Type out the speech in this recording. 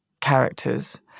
characters